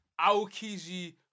Aokiji